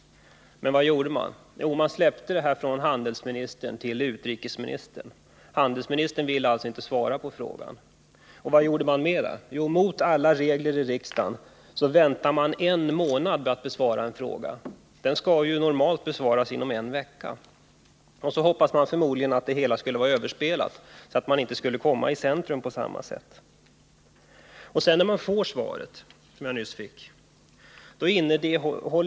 Men vad gjorde man? Jo, handelsministern släppte denna fråga till utrikesministern. Handelsministern ville alltså inte svara på frågan. Och vad gjorde man mera? Jo, mot alla regler i riksdagen väntade man en månad med att besvara frågan — frågor skall ju normalt besvaras inom en vecka. Därmed hoppades man förmodligen att det hela skulle vara överspelat och att frågan inte på samma sätt skulle stå i centrum för intresset. Svaret består av två avsnitt.